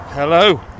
Hello